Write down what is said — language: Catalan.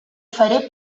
faré